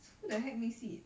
who the heck makes it